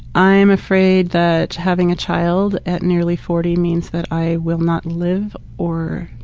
i'm afraid that having a child at nearly forty means that i will not live or,